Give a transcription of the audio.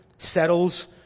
Settles